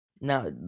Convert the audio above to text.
Now